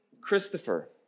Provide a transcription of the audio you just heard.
Christopher